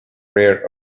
rare